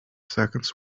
seconds